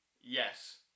Yes